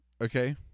Okay